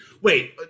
Wait